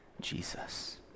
Jesus